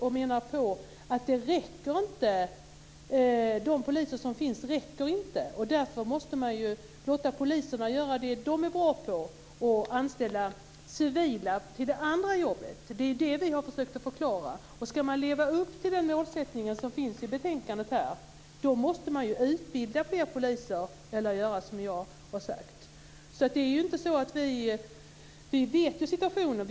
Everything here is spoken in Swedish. Vi menar att de poliser som finns inte räcker. Därför måste man låta poliserna göra det som de är bra på och anställa civila till det andra jobbet. Det har vi försökt förklara. Om man ska leva upp till målsättningen i betänkandet måste man utbilda fler poliser eller göra som jag har sagt. Vi känner till situationen.